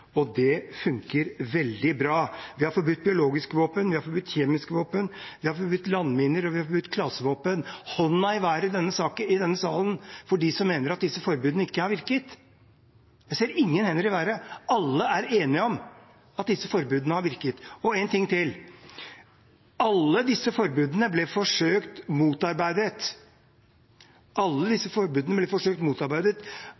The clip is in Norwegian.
forbudt. Det funker veldig bra. Vi har forbydd biologiske våpen, vi har forbydd kjemiske våpen, vi har forbydd landminer, og vi har forbydd klasevåpen. Hånda i været i denne salen – de som mener at disse forbudene ikke har virket. Jeg ser ingen hender i været. Alle er enige om at disse forbudene har virket. Og én ting til: Alle disse forbudene ble forsøkt motarbeidet